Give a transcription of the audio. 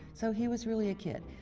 so he was really a kid.